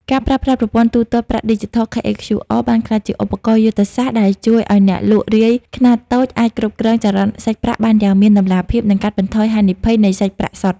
ការប្រើប្រាស់ ប្រព័ន្ធទូទាត់ប្រាក់ឌីជីថល (KHQR) បានក្លាយជាឧបករណ៍យុទ្ធសាស្ត្រដែលជួយឱ្យអ្នកលក់រាយខ្នាតតូចអាចគ្រប់គ្រង ចរន្តសាច់ប្រាក់ បានយ៉ាងមានតម្លាភាព និងកាត់បន្ថយហានិភ័យនៃសាច់ប្រាក់សុទ្ធ។